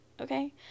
okay